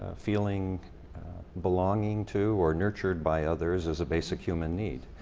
ah feeling belonging to or nurtured by others is a basic human need.